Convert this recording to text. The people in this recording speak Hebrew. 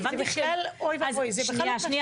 זה בכלל לא קשור לזה שהיא אישה.